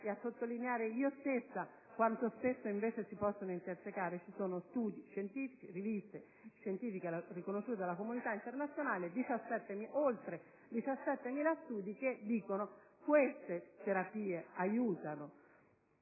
e a sottolineare io stessa quanto spesso esse si possano intersecare. Secondo studi scientifici, riviste scientifiche riconosciute dalla comunità internazionale e oltre 17.000 studi, queste terapie aiutano